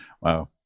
Wow